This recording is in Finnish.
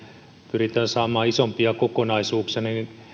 pyritään saamaan isompia kokonaisuuksia niin